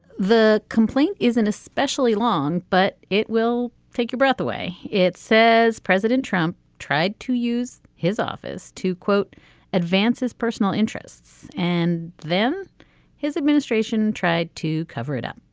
the complaint isn't especially long but it will take your breath away. it says president trump tried to use his office to quote advance his personal interests and then his administration tried to cover it up.